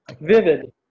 vivid